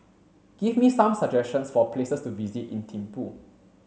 give me some suggestions for places to visit in Thimphu